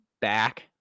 back